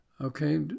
Okay